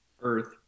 earth